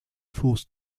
force